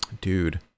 dude